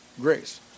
grace